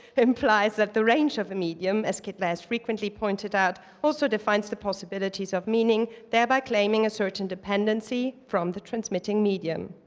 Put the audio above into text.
implies that the range of the medium as kittler has frequently pointed out also defines the possibilities of meaning, thereby claiming a certain dependency from the transmitting medium.